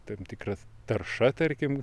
tam tikras tarša tarkim